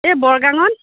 এই বৰগাঙত